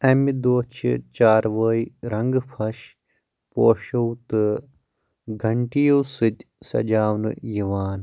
امہِ دۄہہ چھِ چاروٲے رنٛگہٕ پھش پوشو تہٕ گھنٹِیٚو سۭتۍ سجاونہٕ یِوان